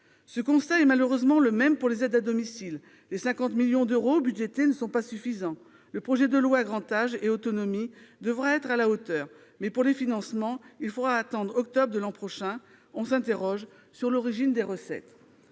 Ce constat est malheureusement le même pour les aides à domicile : les 50 millions d'euros budgétés ne sont pas suffisants. Le projet de loi Grand âge et autonomie devra être à la hauteur, mais pour les financements, il faudra attendre octobre de l'an prochain. Et nous nous interrogeons sur l'origine des recettes.